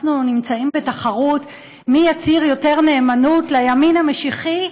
אנחנו נמצאים בתחרות מי יצהיר יותר נאמנות לימין המשיחי,